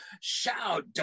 shout